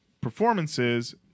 performances